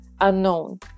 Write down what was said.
unknown